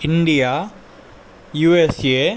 India USA